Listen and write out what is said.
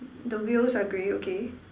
the wheels are grey okay